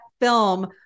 film